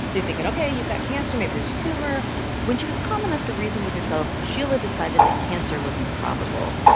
so you're thinking, ok. you got cancer. maybe there's a tumor when she was calm enough to reason with herself, sheila decided that cancer was improbable.